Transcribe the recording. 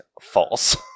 false